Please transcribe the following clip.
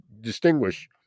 distinguish